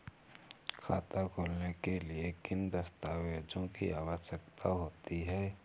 खाता खोलने के लिए किन दस्तावेजों की आवश्यकता होती है?